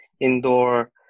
indoor